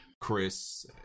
Chris